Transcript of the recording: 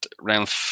round